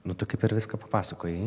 nu tu kaip ir viską papasakojai